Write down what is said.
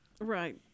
Right